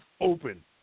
open